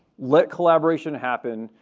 let collaboration happen.